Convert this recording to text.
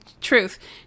truth